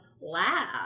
lab